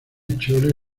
chole